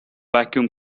vacuum